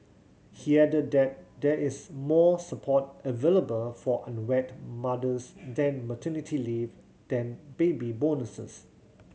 he added that there is more support available for unwed mothers than maternity leave then baby bonuses